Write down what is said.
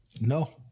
No